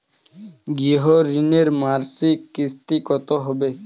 গৃহ ঋণের মাসিক কিস্তি কত হবে?